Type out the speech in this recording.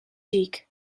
siik